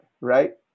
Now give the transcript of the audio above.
right